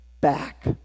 back